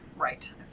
Right